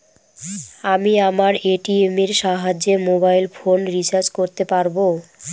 আমি আমার এ.টি.এম এর সাহায্যে মোবাইল ফোন রিচার্জ করতে পারব?